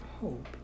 hope